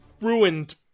ruined